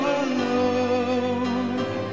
alone